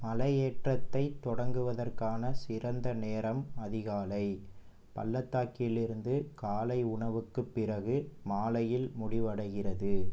மலையேற்றத்தைத் தொடங்குவதற்கான சிறந்த நேரம் அதிகாலை பள்ளத்தாக்கிலிருந்து காலை உணவுக்குப் பிறகு மாலையில் முடிவடைகிறது